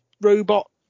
robot